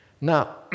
Now